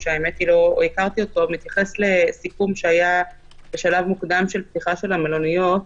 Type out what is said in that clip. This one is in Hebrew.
אתייחס לסיכום שהיה בשלב מוקדם של פתיחת המלוניות,